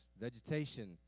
vegetation